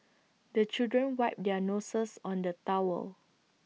the children wipe their noses on the towel